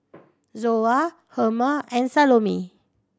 Zoa Herma and Salome